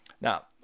Now